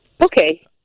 Okay